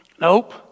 Nope